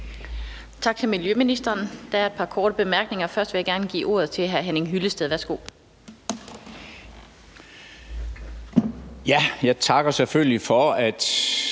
Tak til miljøministeren. Der er et par korte bemærkninger. Først vil jeg gerne give ordet til hr. Henning Hyllested. Værsgo. Kl. 16:10 Henning